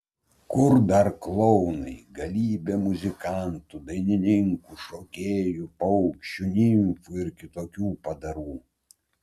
kur dar klounai galybė muzikantų dainininkų šokėjų paukščių nimfų ir kitokių padarų